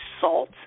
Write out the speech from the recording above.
salt